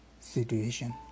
situation